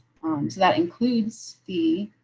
so that includes the